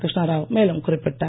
கிருஷ்ணாராவ் மேலும் குறிப்பிட்டார்